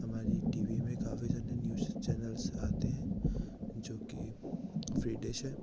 हमारे T V में काफ़ी सारे न्यूस चैनल्स आते हैं जो कि फ्री डिश है